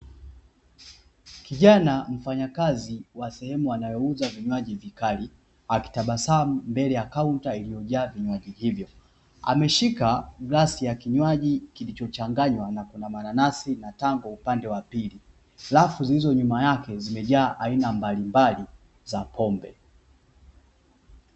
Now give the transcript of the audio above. Kijana mfanya kazi wa sehemu wanayouza vinywaji vikali, akitabasamu mbele ya kaunta iliyojaa vinywaji hivyo. Ameshika glasi ya kinywaji kilichochanganywa na kuna mananasi na tango upande wa pili, rafu zilizo nyuma yake zimejaa aina mbalimbali za pombe.